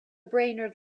brainerd